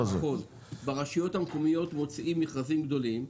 ברשויות המקומיות מוציאים מכרזים גדולים.